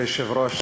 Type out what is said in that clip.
כבוד היושב-ראש,